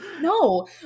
no